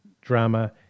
drama